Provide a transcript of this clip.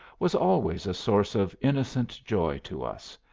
was always a source of innocent joy to us,